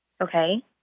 Okay